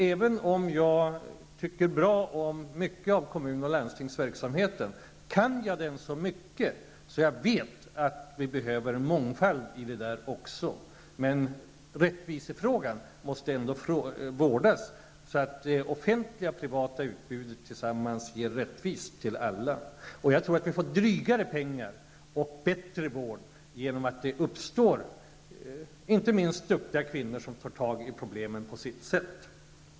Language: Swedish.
Även om jag tycker mycket bra om kommun och landstingsverksamheten, så kan jag den så väl att jag inser att det behövs mångfald i den. Rättvisefrågan måste ändå vårdas så att det offentliga och det privata utbudet tillsammans ger rättvisa åt alla. Jag tror att vi får en drygare och bättre vård genom att duktiga kvinnor tar fatt i problemen på sitt sätt.